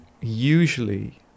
usually